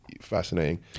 fascinating